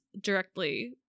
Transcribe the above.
directly